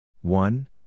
one